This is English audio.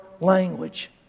language